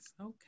okay